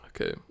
Okay